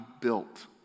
built